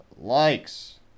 likes